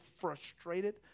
frustrated